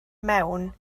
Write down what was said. mewn